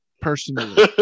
personally